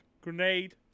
grenade